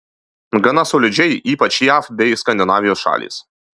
gana solidžiai ypač jav bei skandinavijos šalys